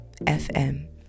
FM